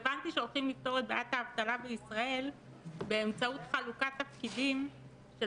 הבנתי שרוצים לפתור את בעיית האבטלה בישראל באמצעות חלוקת תפקידים של